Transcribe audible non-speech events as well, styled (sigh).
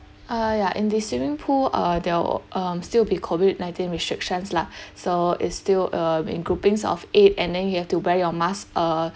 uh ya in the swimming pool uh there'll um still be COVID nineteen restrictions lah (breath) so it's still um in groupings of eight and then you have to wear your mask err